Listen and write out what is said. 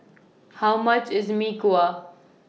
How much IS Mee Kuah